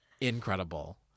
incredible